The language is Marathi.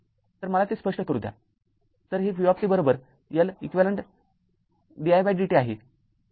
तर मला हे स्पष्ट करू द्या तर हे v L eq didt आहे